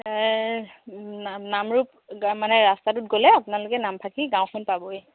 নামৰূপ মানে ৰাস্তাটোত গ'লে আপোনালোকে নামফাকে গাঁওখন পাবই